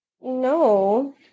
No